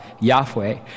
Yahweh